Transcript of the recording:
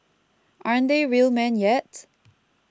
aren't they real men yet